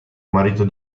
marito